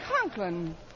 Conklin